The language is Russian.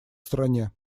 стране